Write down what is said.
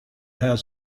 has